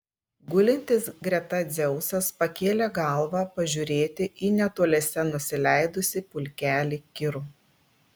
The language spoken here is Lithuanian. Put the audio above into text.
gulintis greta dzeusas pakėlė galvą pažiūrėti į netoliese nusileidusį pulkelį kirų